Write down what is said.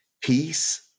peace